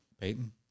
Peyton